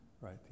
right